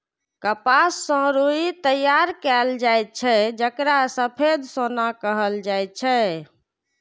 कपास सं रुई तैयार कैल जाए छै, जेकरा सफेद सोना कहल जाए छै